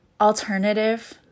alternative